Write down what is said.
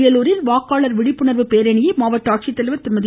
அரியலூரில் வாக்காளர் விழிப்புணர்வு பேரணியை மாவட்ட ஆட்சித்தலைவர் திருமதி